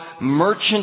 merchant